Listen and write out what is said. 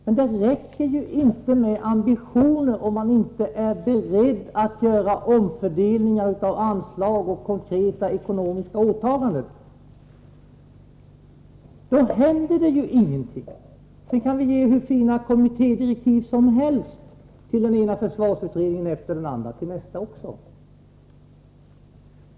Men det räcker inte med ambitioner, om vi inte är beredda att göra omfördelningar av anslag och konkreta ekonomiska åtaganden. Då händer det ju ingenting. Sedan kan vi ge hur fina kommittédirektiv som helst till den ena försvarsutredningen efter den andra — till nästa också.